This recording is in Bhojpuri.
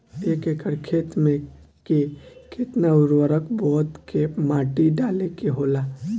एक एकड़ खेत में के केतना उर्वरक बोअत के माटी डाले के होला?